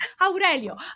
Aurelio